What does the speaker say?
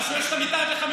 ברשויות שזה מתחת ל-5%?